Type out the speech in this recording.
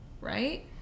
right